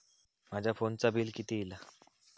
माझ्या फोनचा बिल किती इला?